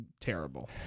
terrible